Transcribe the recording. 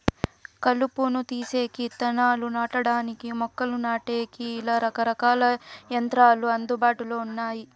కలుపును తీసేకి, ఇత్తనాలు నాటడానికి, మొక్కలు నాటేకి, ఇలా రకరకాల యంత్రాలు అందుబాటులో ఉన్నాయి